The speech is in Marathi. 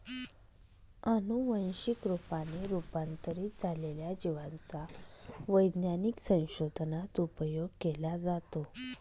अनुवंशिक रूपाने रूपांतरित झालेल्या जिवांचा वैज्ञानिक संशोधनात उपयोग केला जातो